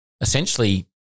essentially